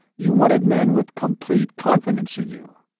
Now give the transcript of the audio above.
you wanted men with complete confidence in you.